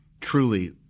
truly